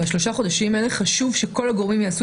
בשלושה החודשים האלה חשוב שכל הגורמים יעשו